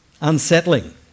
Unsettling